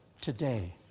today